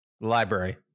Library